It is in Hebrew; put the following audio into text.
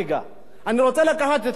אני רוצה לקחת את כלי התקשורת,